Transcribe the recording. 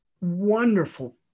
wonderful